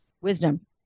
Wisdom